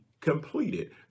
completed